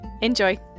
Enjoy